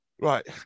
Right